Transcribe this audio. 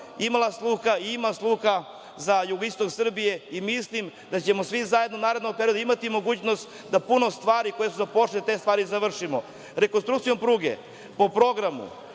imala sluha i ima sluha za jugoistok Srbije i mislim da ćemo svi zajedno u narednom periodu imati mogućnost da puno stvari koje su započete te stvari i završimo. Rekonstrukcijom pruge, po programu